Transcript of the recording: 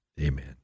amen